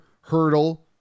Hurdle